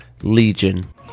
Legion